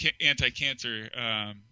anti-cancer